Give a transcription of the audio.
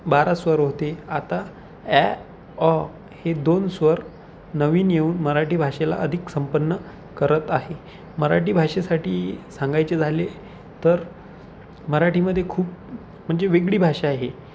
बारा स्वर होते आता ॲ ऑ हे दोन स्वर नवीन येऊन मराठी भाषेला अधिक संपन्न करत आहे मराठी भाषेसाठी सांगायचे झाले तर मराठीमध्ये खूप म्हणजे वेगळी भाषा आहे